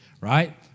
right